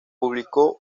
publicó